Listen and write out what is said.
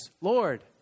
Lord